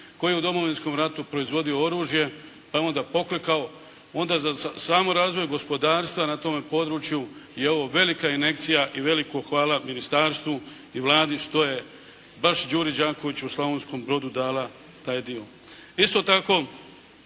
koji je u Domovinskom ratu proizvodio oružje, pa je onda poklekao. Onda za samo razvoj gospodarstva na tome području i ovo, velika injekcija i veliko hvala ministarstvu i Vladi, što je baš Đuri Đakoviću u Slavonskom Brodu dala taj dio. Isto tako